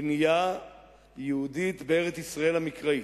בנייה יהודית בארץ-ישראל המקראית.